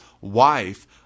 wife